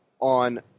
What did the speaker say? on